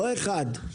לא אחד.